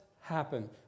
happen